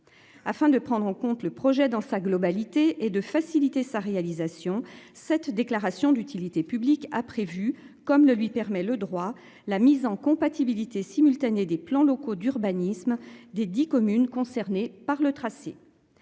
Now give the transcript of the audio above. afin de prendre en compte le projet dans sa globalité et de faciliter sa réalisation cette déclaration d'utilité publique a prévu comme le lui permet. Le droit, la mise en compatibilité simultanée des plans locaux d'urbanisme des 10 communes concernées par le tracé.